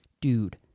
dude